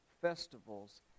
festivals